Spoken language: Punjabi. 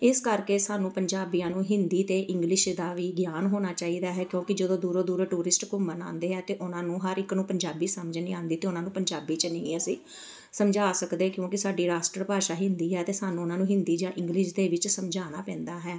ਇਸ ਕਰਕੇ ਸਾਨੂੰ ਪੰਜਾਬੀਆਂ ਨੂੰ ਹਿੰਦੀ ਅਤੇ ਇੰਗਲਿਸ਼ ਦਾ ਵੀ ਗਿਆਨ ਹੋਣਾ ਚਾਹੀਦਾ ਹੈ ਕਿਉਂਕਿ ਜਦੋਂ ਦੂਰੋਂ ਦੂਰੋਂ ਟੂਰਿਸਟ ਘੁੰਮਣ ਆਉਂਦੇ ਆ ਤਾਂ ਉਹਨਾਂ ਨੂੰ ਹਰ ਇੱਕ ਨੂੰ ਪੰਜਾਬੀ ਸਮਝ ਨਹੀਂ ਆਉਂਦੀ ਅਤੇ ਉਹਨਾਂ ਨੂੰ ਪੰਜਾਬੀ 'ਚ ਨਹੀਂ ਅਸੀਂ ਸਮਝਾ ਸਕਦੇ ਕਿਉਂਕਿ ਸਾਡੀ ਰਾਸ਼ਟਰ ਭਾਸ਼ਾ ਹਿੰਦੀ ਹੈ ਅਤੇ ਸਾਨੂੰ ਉਹਨਾਂ ਨੂੰ ਹਿੰਦੀ ਜਾਂ ਇੰਗਲਿਸ਼ ਦੇ ਵਿੱਚ ਸਮਝਾਉਣਾ ਪੈਂਦਾ ਹੈ